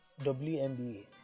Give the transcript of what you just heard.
WNBA